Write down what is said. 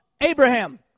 Abraham